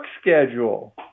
schedule